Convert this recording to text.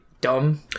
dumb